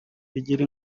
bigira